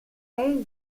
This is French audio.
hey